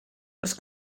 das